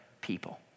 people